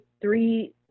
three